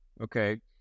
okay